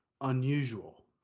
unusual